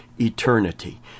eternity